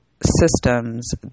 systems